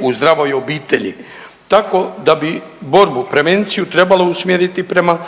u zdravoj obitelji, tako da bi borbu, prevenciju trebalo usmjeriti prema